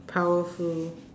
powerful